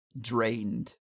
drained